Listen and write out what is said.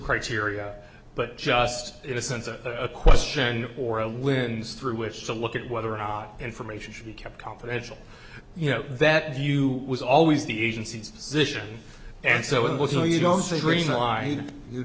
criteria but just in a sense of a question or a wins through which to look at whether or not information should be kept confidential you know that view was always the agency's mission and so it was you know you don't say